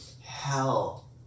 hell